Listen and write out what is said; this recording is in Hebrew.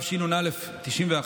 התשנ"א 1991,